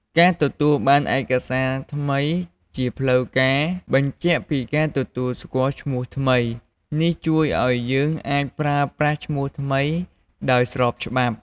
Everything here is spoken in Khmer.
ការទទួលបានឯកសារថ្មីជាផ្លូវការ បញ្ជាក់ពីការទទួលស្គាល់ឈ្មោះថ្មី នេះជួយឲ្យពួកគេអាចប្រើប្រាស់ឈ្មោះថ្មីដោយស្របច្បាប់។